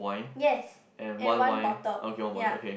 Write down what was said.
yes and one bottle ya